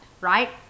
right